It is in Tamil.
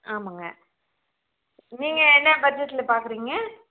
ஆமாங்க நீங்கள் என்ன பட்ஜெட்ல பார்க்குறிங்க